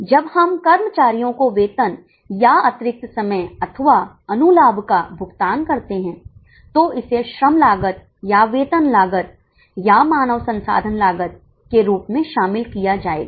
जब हम कर्मचारियों को वेतन या अतिरिक्त समय अथवा अनुलाभ का भुगतान करते हैं तो इसे श्रम लागत या वेतन लागत या मानव संसाधन लागत के रूप में शामिल किया जाएगा